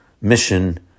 mission